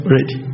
Ready